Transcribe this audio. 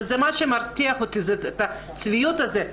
ומרתיחה אותי הצביעות הזאת,